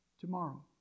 Tomorrow